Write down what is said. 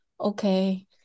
okay